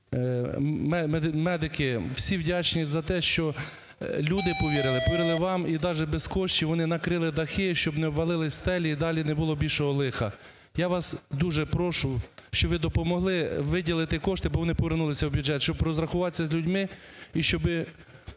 медики - всі вдячні за те, що люди повірили, повірили вам, і даже без коштів вони накрили дахи, щоб не обвалилися стелі і далі не було більшого лиха. Я вас дуже прошу, щоб ви допомогли виділити кошти, бо вони повернулися в бюджет, щоб розрахуватися з людьми і щоб